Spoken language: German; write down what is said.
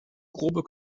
grobe